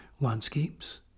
landscapes